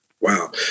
Wow